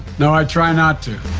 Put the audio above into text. no, i try not to.